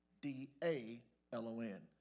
D-A-L-O-N